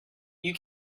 you